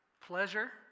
Pleasure